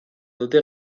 dute